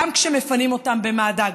גם כשמפנים אותם באמבולנס.